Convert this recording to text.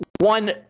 one